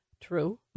True